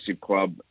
club